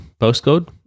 postcode